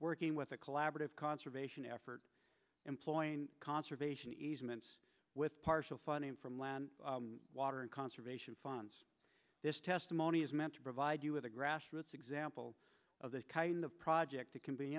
working with a collaborative conservation effort employing conservation easements with partial funding from land water and conservation funds testimony is meant to provide you with a grassroots example of the kind of project that can be